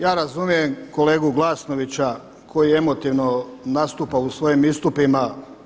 Ja razumijem kolegu Glasnovića koji emotivno nastupa u svojim istupima.